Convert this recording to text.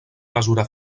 mesura